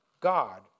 God